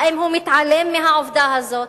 האם הוא מתעלם מהעובדה הזאת?